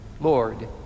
Lord